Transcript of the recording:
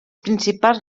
principals